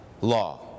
law